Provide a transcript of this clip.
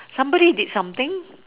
somebody did something